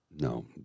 no